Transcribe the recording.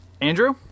Andrew